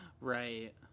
Right